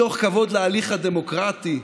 מתוך כבוד להליך הדמוקרטי,